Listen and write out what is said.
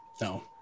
No